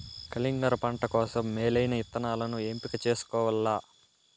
కలింగర పంట కోసం మేలైన ఇత్తనాలను ఎంపిక చేసుకోవల్ల